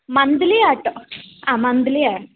മന്തിലിയാട്ടോ ആ മന്തിലി ആണ്